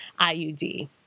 IUD